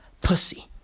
pussy